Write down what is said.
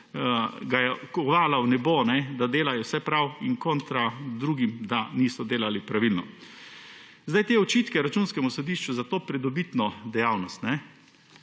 ga je kovala v nebo, da delajo vse prav, in kontra drugim, da niso delali pravilno. Očitki Računskemu sodišču za pridobitno dejavnost